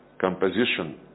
composition